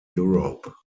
europe